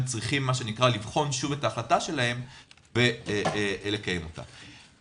צריך לבחון שוב את ההחלטה שלו ולקיים אותה.